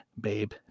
babe